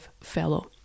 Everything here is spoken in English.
fellow